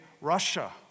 Russia